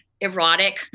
Erotic